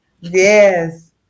Yes